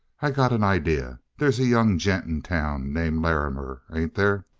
i got an idea. there's a young gent in town named larrimer, ain't there?